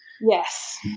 Yes